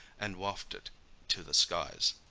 and waft it to the skies.